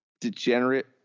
degenerate